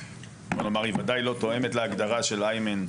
בוא נאמר, היא ודאי לא תואמת להגדרה של איימן.